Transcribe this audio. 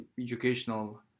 educational